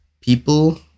people